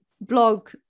blog